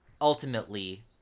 ultimately